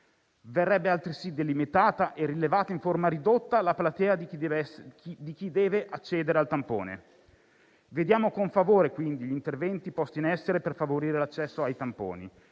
Verrebbe altresì delimitata e rilevata in forma ridotta la platea chi deve accedere al tampone. Vediamo con favore, quindi, gli interventi posti in essere per favorire l'accesso ai tamponi.